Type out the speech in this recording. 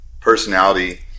Personality